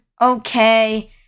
okay